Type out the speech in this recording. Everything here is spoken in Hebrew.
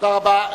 תודה רבה.